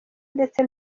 ndetse